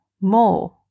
more